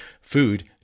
food